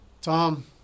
Tom